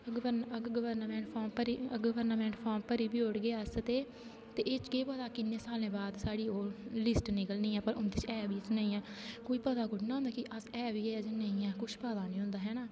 अगर government form भरी बी ओड़गे अस ते एह् केह् पता किन्ने साले बाद साढ़ी ओह् लिस्ट निकली ऐ ओहदे च एह् बी कि नेई ऐ कोई पता थोह्ड़ी ना होंदा कि अस है बी जां नेई ऐ कुछ पता नेई होंदा है ना